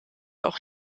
auch